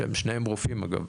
ששניהם רופאים, אגב.